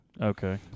Okay